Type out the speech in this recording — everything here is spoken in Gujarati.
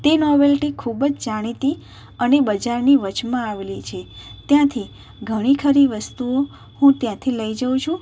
તે નોવેલ્ટી ખૂબ જ જાણીતી અને બજારની વચમાં આવેલી છે ત્યાંથી ઘણી ખરી વસ્તુઓ હું ત્યાંથી લઈ જઉ છું